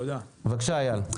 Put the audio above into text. בבקשה, אייל.